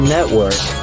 Network